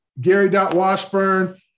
Gary.washburn